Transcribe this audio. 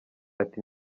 ati